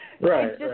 Right